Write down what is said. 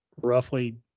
roughly